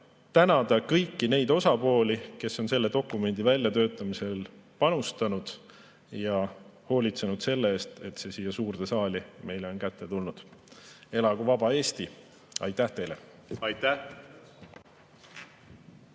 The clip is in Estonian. tänada kõiki neid osapooli, kes on selle dokumendi väljatöötamisel panustanud ja hoolitsenud selle eest, et see siia suurde saali meie kätte on tulnud. Elagu vaba Eesti! Aitäh teile! Sulgen